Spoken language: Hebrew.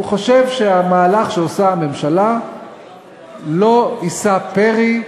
הוא חושב שהמהלך שעושה הממשלה לא יישא פרי,